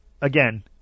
again